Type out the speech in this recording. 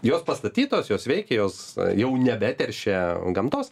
jos pastatytos jos veikia jos jau nebeteršia gamtos